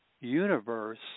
universe